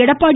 Edappadi